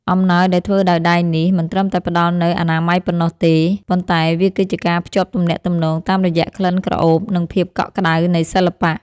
អំណោយដែលធ្វើដោយដៃនេះ មិនត្រឹមតែផ្តល់នូវអនាម័យប៉ុណ្ណោះទេ ប៉ុន្តែវាគឺជាការភ្ជាប់ទំនាក់ទំនងតាមរយៈក្លិនក្រអូប និងភាពកក់ក្ដៅនៃសិល្បៈ។។